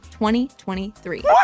2023